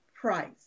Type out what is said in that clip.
Price